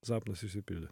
sapnas išsipildė